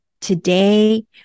today